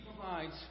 provides